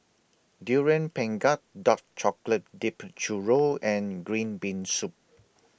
Durian Pengat Dark Chocolate Dipped Churro and Green Bean Soup